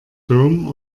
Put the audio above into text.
dom